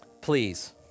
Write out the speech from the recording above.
Please